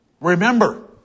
Remember